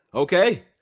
okay